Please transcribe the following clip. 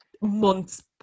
months